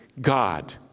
God